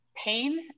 pain